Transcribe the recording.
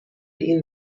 این